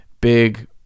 big